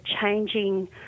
changing